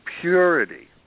purity